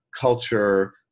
culture